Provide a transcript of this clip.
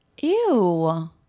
ew